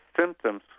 symptoms